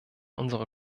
unserer